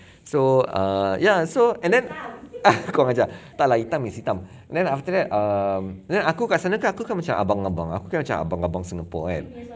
so err ya so and then kurang ajar tak lah hitam is hitam and then after that um then aku kat sana aku kan macam abang-abang aku kan macam abang-abang singapore kan